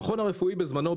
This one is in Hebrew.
המכון הרפואי בזמנו,